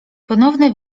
ponowne